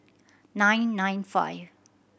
nine nine five